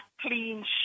clean